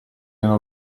nella